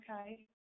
Okay